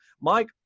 Mike